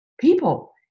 people